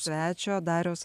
svečio dariaus